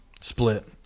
split